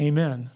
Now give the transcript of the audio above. Amen